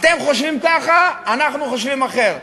אתם חושבים ככה, אנחנו חושבים אחרת,